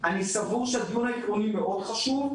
אני סבור שהדיון העקרוני מאוד חשוב.